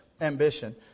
ambition